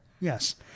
yes